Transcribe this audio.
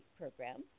program